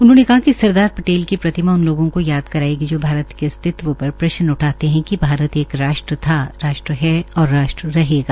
उन्होंने कहा कि सरदार पटेल की प्रतिमा उन लोगों को याद करायेगी जो भारत के अस्तित्व पर प्रश्न उठाते है कि भारत एक राष्ट्र था राष्ट्र है और राष्ट्र रहेगा